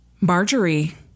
Marjorie